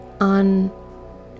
on